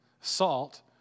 Salt